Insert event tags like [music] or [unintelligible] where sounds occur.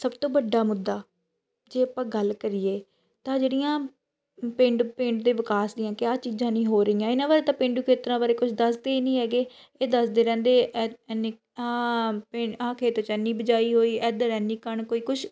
ਸਭ ਤੋਂ ਵੱਡਾ ਮੁੱਦਾ ਜੇ ਆਪਾਂ ਗੱਲ ਕਰੀਏ ਤਾਂ ਜਿਹੜੀਆਂ ਪਿੰਡ ਪਿੰਡ ਦੇ ਵਿਕਾਸ ਦੀਆਂ ਕਿ ਆਹ ਚੀਜ਼ਾਂ ਨਹੀਂ ਹੋ ਰਹੀਆਂ ਇਹਨਾਂ ਬਾਰੇ ਤਾਂ ਪੇਂਡੂ ਖੇਤਰਾਂ ਬਾਰੇ ਕੁਝ ਦੱਸਦੇ ਨਹੀਂ ਹੈਗੇ ਇਹ ਦੱਸਦੇ ਰਹਿੰਦੇ [unintelligible] ਆ ਖੇਤ 'ਚ ਇੰਨੀ ਬਿਜਾਈ ਹੋਈ ਇੱਧਰ ਇੰਨੀ ਕਣਕ ਹੋਈ ਕੁਝ